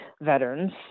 veterans